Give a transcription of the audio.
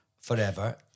forever